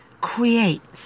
creates